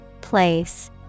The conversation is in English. Place